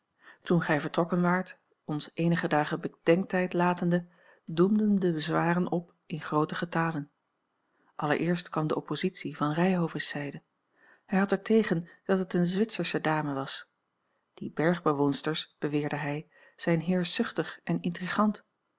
toen gij vertrokken waart onseenige dagen bedenktijd latende doemden de bezwaren op in grooten getale allereerst kwam de oppositie van ryhove's zijde hij had er tegen dat het eene zwitsersche dame was die bergbewoonsters beweerde hij zijn heerschzuchtig en